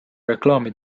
reklaami